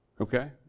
Okay